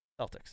Celtics